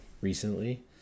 recently